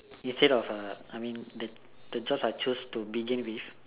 instead of uh I mean the the jobs I choose to begin with